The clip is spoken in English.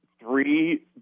Three